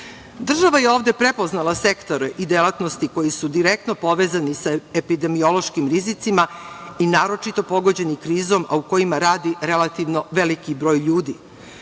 Država je ovde prepoznala sektore i delatnosti koji su direktno povezani sa epidemiološkim rizicima i naročito pogođeni krizom, a u kojima radi relativno veliki broj ljudi. Prema